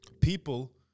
People